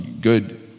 Good